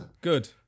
Good